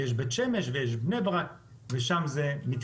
כי יש את בית שמש, ויש את בני ברק, ושם זה מתקזז.